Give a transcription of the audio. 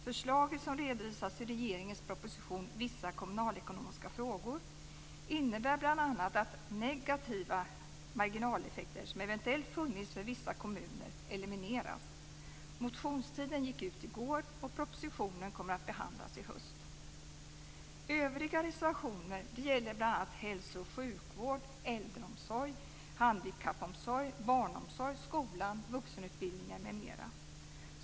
Förslaget, som redovisas i regeringens proposition Vissa kommunalekonomiska frågor, innebär bl.a. att negativa marginaleffekter som eventuellt har funnits för vissa kommuner elimineras. Motionstiden gick ut i går, och propositionen kommer att behandlas i höst.